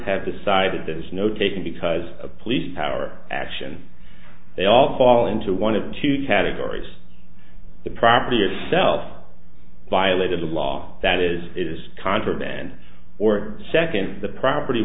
have decided there is no taken because police power action they all fall into one of two categories the property itself violated a law that is it is contraband or second the property